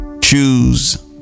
choose